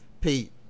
Pete